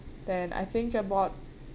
then I think I bought